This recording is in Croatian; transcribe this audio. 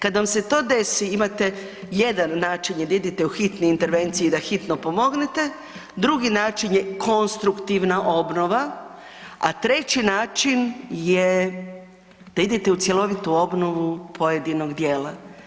Kad vam se to desi, imate jedan način jer idete u hitne intervencije i da hitno pomognete, drugi način je konstruktivna obnova a treći način je da idete u cjelovitu obnovu pojedinog djela.